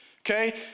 Okay